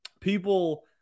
people